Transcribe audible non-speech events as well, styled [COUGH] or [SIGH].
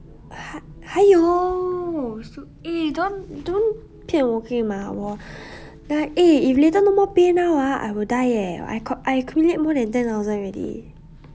还还有 s~ eh don't don't 骗我可以吗我 [BREATH] eh if later no more PayNow ah I will die eh and I ko~ I accumulate more than ten thousand already